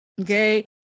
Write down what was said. Okay